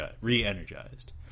re-energized